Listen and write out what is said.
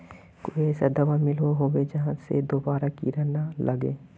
कोई ऐसा दाबा मिलोहो होबे जहा से दोबारा कीड़ा ना लागे?